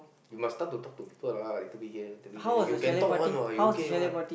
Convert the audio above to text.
you must start to talk to people lah little bit here little bit there you can talk one what you okay one